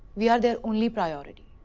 we are their only priority.